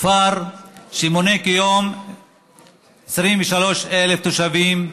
כפר שמונה כיום 23,000 תושבים,